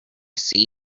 see